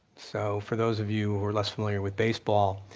so for those of you who are less familiar with baseball,